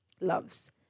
Love's